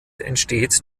entsteht